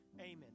Amen